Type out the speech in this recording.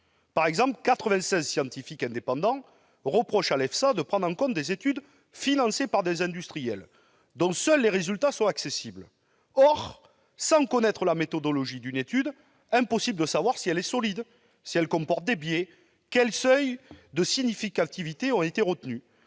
quatre-vingt-seize scientifiques indépendants reprochent à l'EFSA de prendre en compte des études financées par des industriels, dont seuls les résultats sont accessibles. Or, si l'on ne connaît pas la méthodologie d'une étude, il est impossible de savoir si elle est solide, si elle comporte des biais, quels seuils de significativité ont été retenus.